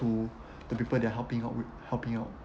to the people they're helping out with helping out